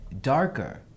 darker